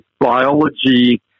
biology